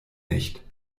nicht